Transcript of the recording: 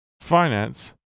finance